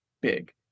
big